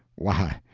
why,